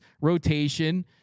rotation